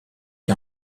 les